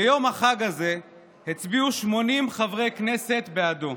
ביום החג הזה הצביעו 80 חברי כנסת בעדו.